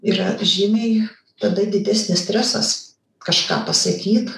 yra žymiai tada didesnis stresas kažką pasakyt